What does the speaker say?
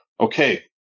okay